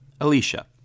Alicia